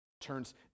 turns